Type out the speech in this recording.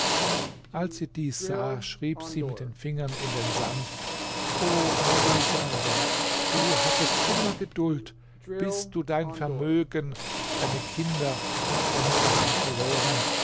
als sie dies sah schrieb sie mit den fingern in den sand o abu saber du hattest immer geduld bis du dein vermögen deine kinder und deine gattin verloren